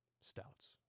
stouts